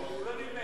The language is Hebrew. נכון.